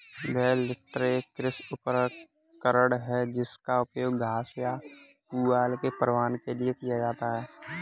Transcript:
bell lifter एक कृषि उपकरण है जिसका उपयोग घास या पुआल के परिवहन के लिए किया जाता है